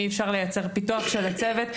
אי אפשר לייצר פיתוח של הצוות,